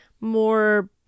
more